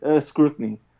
scrutiny